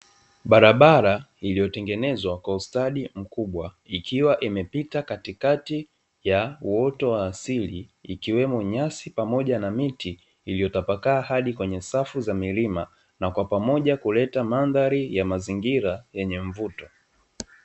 Barabara iliyotengenezwa kwa ustadi mkubwa, ikiwa imepita katikati ya uoto wa asili ikiwemo nyasi pamoja na miti iliyotapakaa hadi kwenye safu za milima na kwa pamoja kuleta mandhari ya mazingira yenye mvuto.